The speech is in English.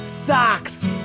Socks